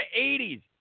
80s